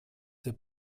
der